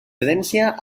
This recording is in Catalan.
prudència